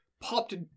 popped